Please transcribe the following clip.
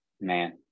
Man